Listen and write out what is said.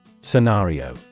Scenario